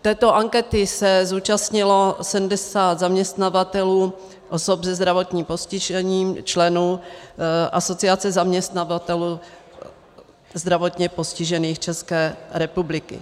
Této ankety se zúčastnilo 70 zaměstnavatelů osob se zdravotním postižením, členů Asociace zaměstnavatelů zdravotně postižených České republiky.